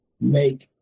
make